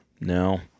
No